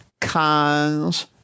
cons